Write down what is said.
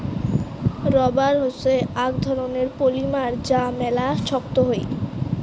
rubber হসে আক রকমের পলিমার যা মেলা ছক্ত হই